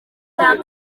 cya